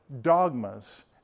dogmas